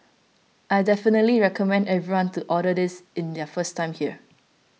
I definitely recommend everyone to order this in their first time here